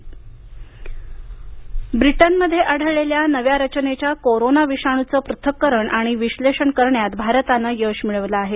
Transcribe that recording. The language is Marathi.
आयसीएमआर ब्रिटनमध्ये आढळलेल्या नव्या रचनेच्या कोरोना विषाणूचं पृथक्करण आणि विश्लेषण करण्यात भारतानं यश मिळवलं आहे